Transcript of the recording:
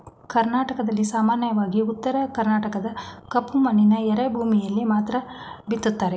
ಕರ್ನಾಟಕದಲ್ಲಿ ಸಾಮಾನ್ಯವಾಗಿ ಉತ್ತರ ಕರ್ಣಾಟಕದ ಕಪ್ಪು ಮಣ್ಣಿನ ಎರೆಭೂಮಿಯಲ್ಲಿ ಮಾತ್ರ ಬಿತ್ತುತ್ತಾರೆ